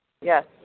Yes